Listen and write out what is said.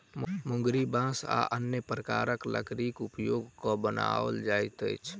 मुंगरी बाँस आ अन्य प्रकारक लकड़ीक उपयोग क के बनाओल जाइत अछि